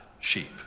sheep